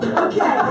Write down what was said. okay